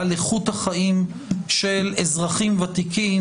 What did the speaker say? על איכות החיים של אזרחים ותיקים,